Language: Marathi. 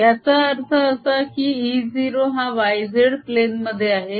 याचा अर्थ असा की E0 हा yz प्लेन मध्ये आहे